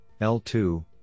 l2